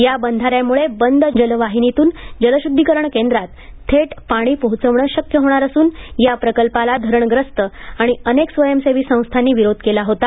या बंधाऱ्यामुळे बंद जलवाहिनीतून जलशुद्धीकरण केंद्रात थेट पाणी पोहोचवणं शक्य होणार असून या प्रकल्पाला धरणग्रस्त आणि अनेक स्वयंसेवी संस्थांनी विरोध केला होता